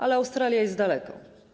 Ale Australia jest daleko.